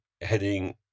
heading